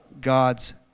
God's